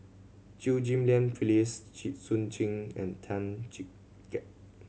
Chew Ghim Lian Phyllis Jit Koon Ch'ng and Tan Chee Teck